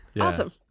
Awesome